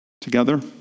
Together